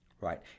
right